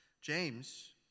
James